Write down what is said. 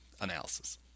analysis